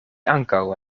ankaŭ